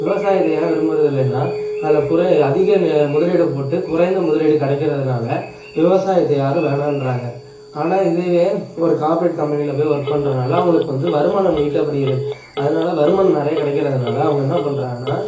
விவசாயத்தை ஏன் விரும்புறது இல்லன்னா அதில் குறை அதிக நெ முதலீடுப் போட்டு குறைந்த முதலீடு கிடைக்கிறதுனால விவசாயத்தை யாரும் வேணான்ட்றாங்க ஆனால் இதுவே ஒரு கார்ப்ரேட் கம்பெனியில போய் ஒர்க் பண்ணுறனால அவங்களுக்கு வந்து வருமானம் ஈட்டப்படுகிறது அதனால வருமானம் நிறைய கிடைக்கிறதுனால அவங்க என்னப் பண்ணுறாங்கன்னா